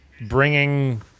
bringing